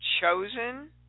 chosen